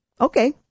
Okay